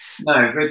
no